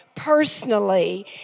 personally